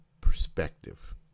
perspective